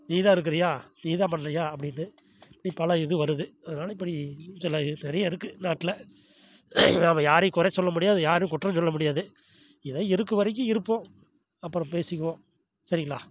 நீதான் இருக்குறியா நீதான் பண்ணுறியா அப்படினு அப்படினு பல இது வருது அதனால் இப்படி இன்னும் சில இது நிறைய இருக்குது நாட்டில நம்ம யாரையும் குறை சொல்ல முடியாது யாரும் குற்றம் சொல்ல முடியாது எதோ இருக்க வரைக்கும் இருப்போம் அப்புறம் பேசிக்குவோம் சரிங்களா